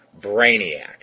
Brainiac